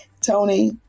Tony